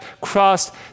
crossed